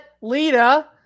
Lita